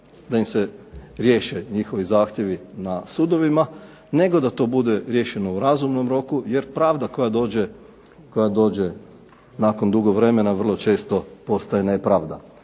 da im se riješe njihovi zahtjevi na sudovima, nego da to bude riješeno u razumnom roku. Jer pravda koja dođe nakon dugo vremena vrlo često postaje nepravda